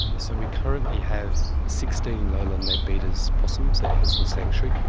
so we currently have sixteen lowland leadbeater's possums as healesville sanctuary.